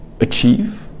achieve